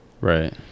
right